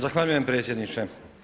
Zahvaljujem predsjedniče.